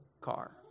car